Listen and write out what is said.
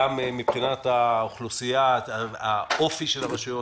גם מבחינת האוכלוסייה והאופי של הרשויות,